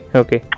okay